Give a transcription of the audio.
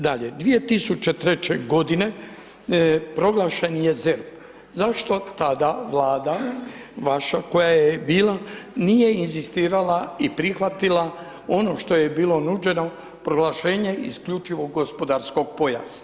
Dalje, 2003. godine proglašen je ZERP zašto tada vlada vaša koja je bila nije inzistirala i prihvatila ono što je bilo nuđeno proglašenje isključivo gospodarskog pojasa.